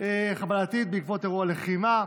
בתר חבלתית בעקבות אירוע לחימה).